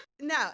No